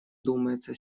думается